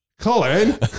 Colin